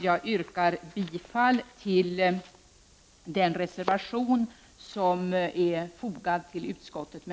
Jag yrkar bifall till reservation 3.